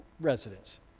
residents